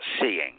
seeing